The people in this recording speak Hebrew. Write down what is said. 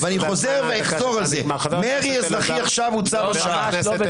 אני חוזר, מרי אזרחי עכשיו הוא צו השעה.